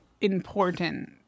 important